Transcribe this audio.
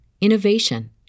innovation